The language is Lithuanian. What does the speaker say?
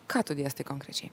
ką tu dėstai konkrečiai